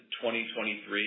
2023